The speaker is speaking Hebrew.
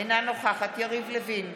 אינה נוכחת יריב לוין,